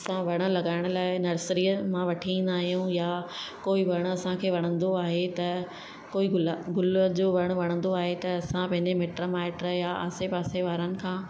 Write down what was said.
असां वण लॻाइण लाइ नर्सरीअ मां वठी ईंदा आहियूं या कोई वण असांखे वणंदो आहे त कोई गुल गुल जो वणु वणंदो आहे त असां पंहिंजे मिट माइट या आसे पासे वारनि खां